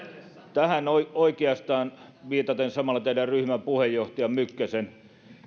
tähän oikeastaan viitaten samalla teidän ryhmäpuheenjohtajanne mykkäsen